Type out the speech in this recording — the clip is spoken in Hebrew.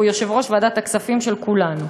והוא יושב-ראש ועדת הכספים של כולנו.